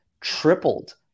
tripled